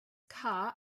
car